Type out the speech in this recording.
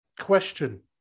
question